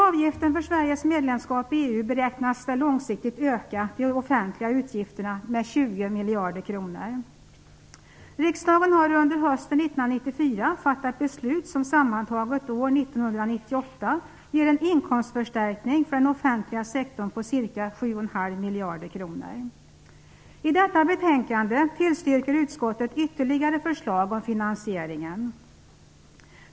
Avgiften för Sveriges medlemskap i EU beräknas långsiktigt öka de offentliga utgifterna med 20 miljarder kronor. Riksdagen har under hösten 1994 fattat beslut som sammantaget år 1998 ger en inkomstförstärkning för den offentliga sektorn på ca 7,5 miljarder kronor. I detta betänkande tillstyrker utskottet ytterligare förslag om finansieringen.